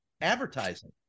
advertising